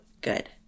good